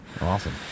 Awesome